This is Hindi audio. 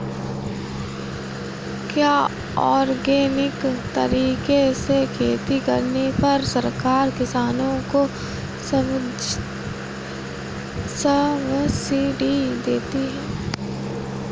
क्या ऑर्गेनिक तरीके से खेती करने पर सरकार किसानों को सब्सिडी देती है?